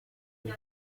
uri